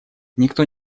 никто